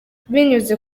binyuze